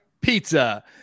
pizza